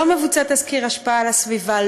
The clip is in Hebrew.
לא מבוצע תסקיר השפעה על הסביבה,